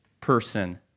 person